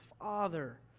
father